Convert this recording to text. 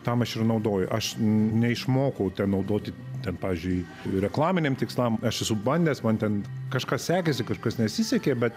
tam aš ir naudoju aš neišmokau ten naudoti ten pavyzdžiui reklaminiam tikslam aš esu bandęs man ten kažkas sekėsi kažkas nesisekė bet